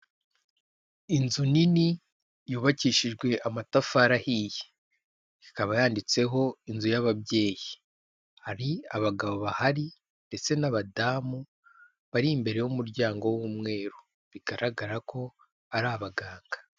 Inzu nini yubakishijwe amatafari ahiye ikaba yanditseho inzu y'ababyeyi hari abagabo bahari ndetse n'abadamu bari imbere y'umuryango w'umweru bigaragara ko ari abaganga.